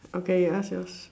okay you ask yours